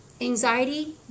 Anxiety